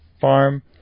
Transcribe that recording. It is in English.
farm